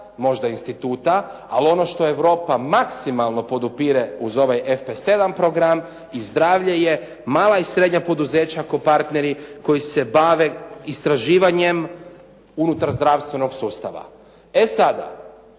možda instituta, ali ono što Europa maksimalno podupire uz ovaj FP7 program i zdravlje je mala i srednja poduzeća ko partneri koji se bave istraživanjem unutar zdravstvenog sustava. E sada,